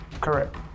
Correct